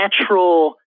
natural